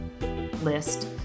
list